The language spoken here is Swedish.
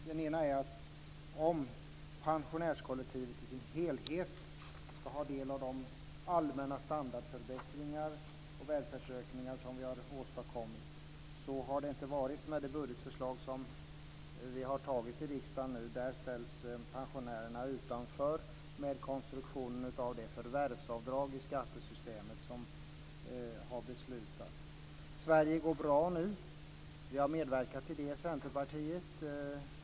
Den ena är om pensionärskollektivet som helhet ska ha del av de allmänna standardförbättringar och välfärdsökningar som vi har åstadkommit. Så har det inte varit med det budgetförslag som vi nu har tagit i riksdagen. Där ställs pensionärerna utanför genom den konstruktion av det förvärvsavdrag i skattesystemet som har beslutats. Sverige går bra nu - vi i Centerpartiet har medverkat till det.